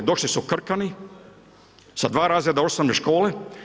Došli su krkani sa dva razreda osnovne škole.